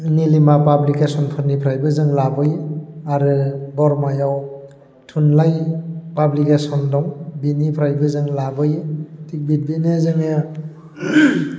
निलिमा पाब्लिकेसनफोरनिफ्रायबो जों लाबोयो आरो बरमायाव थुनलाइ पाब्लिकेसन दं बिनिफ्रायबो जों लाबोयो थिख बिब्दिनो जोङो